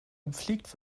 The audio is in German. gepflegt